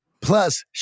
Plus